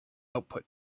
output